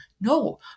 No